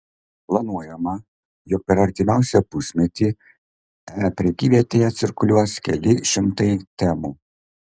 planuojama jog per artimiausią pusmetį e prekyvietėje cirkuliuos keli šimtai temų